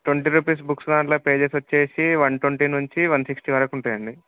twenty rupees books దాంట్లో pages వచ్చేసి one twenty నుంచి వన్ సిక్స్టీ వరకు ఉంటాయండి